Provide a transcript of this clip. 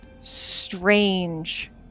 strange